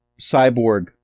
cyborg